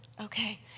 Okay